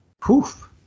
poof